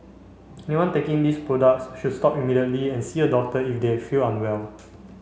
anyone taking these products should stop immediately and see a doctor if they feel unwell